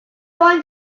want